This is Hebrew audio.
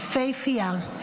יפהפייה.